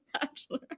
Bachelor